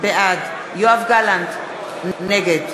בעד יואב גלנט, נגד